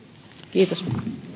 kiitos